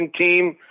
team